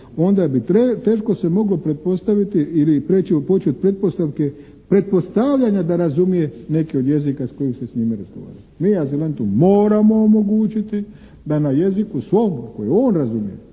od pretpostavke, pretpostavljanja da razumije neke od jezika s kojim se s njime razgovara. Mi azilantu moramo omogućiti da na jeziku svom koji on razumije